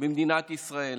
במדינת ישראל.